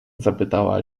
zapytała